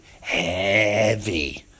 heavy